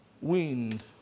wind